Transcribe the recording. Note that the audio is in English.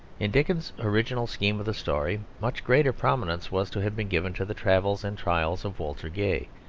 in dickens's original scheme of the story, much greater prominence was to have been given to the travels and trials of walter gay